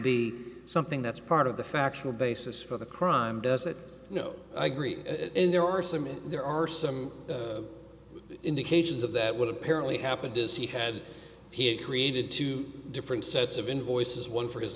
be something that's part of the factual basis for the crime doesn't it no i agree there are some in there are some indications of that would apparently happen does he had he had created two different sets of invoices one for his